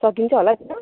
सकिन्छ होला किन्न